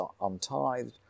untithed